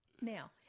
Now